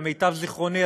למיטב זיכרוני,